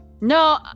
No